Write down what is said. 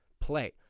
play